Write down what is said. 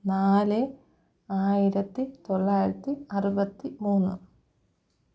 നാല് ആയിരത്തി തൊള്ളായിരത്തി അറുപത്തി മൂന്ന്